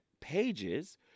pages